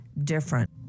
different